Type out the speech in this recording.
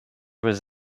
was